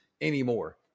anymore